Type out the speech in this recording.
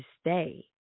stay